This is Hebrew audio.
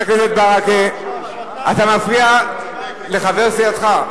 חבר הכנסת ברכה, אתה מפריע לחבר סיעתך.